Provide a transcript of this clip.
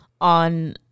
on